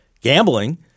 Gambling